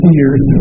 years